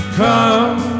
come